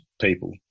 people